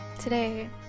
Today